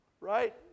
Right